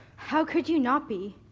how could you not be?